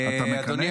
אתה מקנא?